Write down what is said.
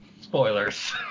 spoilers